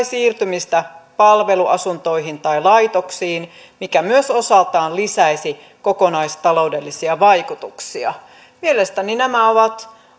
siirtymistä palveluasuntoihin tai laitoksiin mikä myös osaltaan lisäisi kokonaistaloudellisia vaikutuksia mielestäni nämä ovat